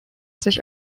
sich